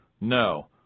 No